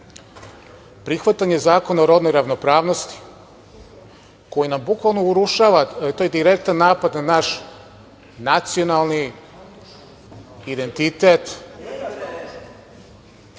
prihvatanje zakona o rodnoj ravnopravnosti koji nam bukvalno urušava, to je direktan napad na naš nacionalni identitet,